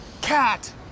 cat